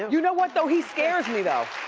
you know what, though? he scares me though.